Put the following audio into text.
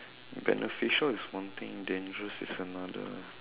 beneficial is one thing dangerous is another